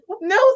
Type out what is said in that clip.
no